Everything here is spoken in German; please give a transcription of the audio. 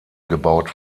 gebaut